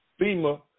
FEMA